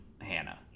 Hannah